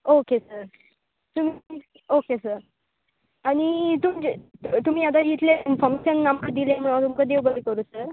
okay sir तुमी okay sir आनी तुमगें तुमी आतां इतलें इनफॉर्मेशन आमकां दिलें म्हणून तुमकां देव बरें करूं सर